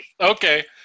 Okay